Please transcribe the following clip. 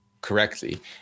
correctly